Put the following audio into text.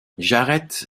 jarret